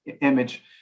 image